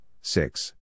six